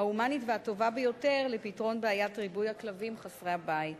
ההומנית והטובה ביותר לפתרון בעיית ריבוי הכלבים חסרי הבית.